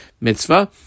mitzvah